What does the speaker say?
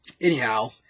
Anyhow